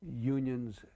Unions